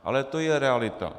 Ale to je realita.